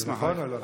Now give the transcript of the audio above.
זה נכון או לא?